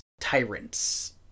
tyrants